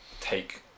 take